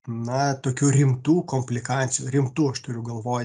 na tokių rimtų komplikacijų rimtų aš turiu galvoj